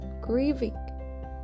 grieving